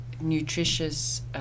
nutritious